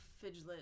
Fidget